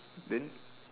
then